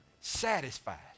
satisfied